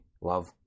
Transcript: love